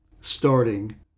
Starting